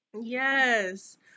Yes